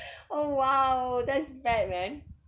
oh !wow! that's bad man